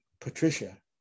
Patricia